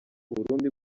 burundi